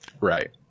Right